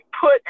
put